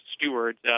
stewards